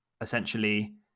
essentially